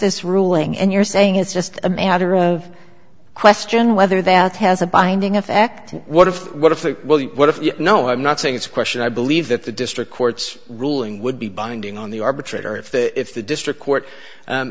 this ruling and you're saying it's just a matter of question whether that has a binding effect what if what if the well what if you know i'm not saying it's a question i believe that the district court's ruling would be binding on the arbitrator if the if the district court